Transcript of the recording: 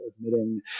admitting